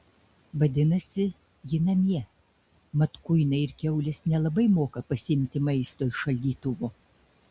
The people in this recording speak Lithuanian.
vadinasi ji namie mat kuinai ir kiaulės nelabai moka pasiimti maisto iš šaldytuvo